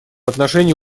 отношении